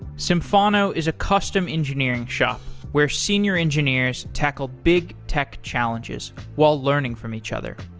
symphono is a custom engineering shop where senior engineers tackle big tech challenges while learning from each other.